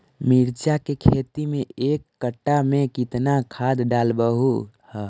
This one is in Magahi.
मिरचा के खेती मे एक कटा मे कितना खाद ढालबय हू?